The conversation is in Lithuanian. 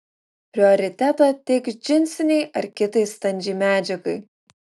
prioritetą teik džinsinei ar kitai standžiai medžiagai